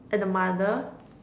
and the mother